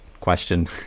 question